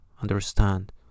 understand